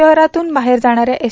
शहरातून बाहेर जाणाऱ्या एस